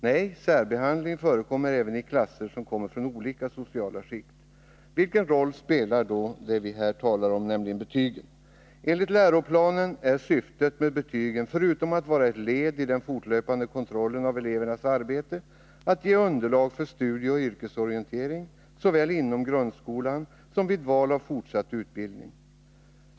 Nej, särbehandling förekommer även i klasser där eleverna kommer från olika sociala skikt. Vilken roll spelar då det vi här talar om, nämligen betygen? Enligt läroplanen är syftet med betygen, förutom att vara ett led i den fortlöpande kontrollen av elevernas arbete, att ge underlag för studieoch yrkesorientering såväl inom grundskolan som vid val av fortsatt utbildning.